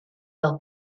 fel